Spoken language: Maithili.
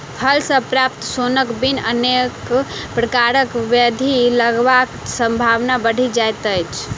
फल सॅ प्राप्त सोनक बिन अनेक प्रकारक ब्याधि लगबाक संभावना बढ़ि जाइत अछि